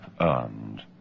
earned